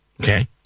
Okay